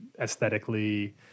aesthetically